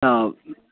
तब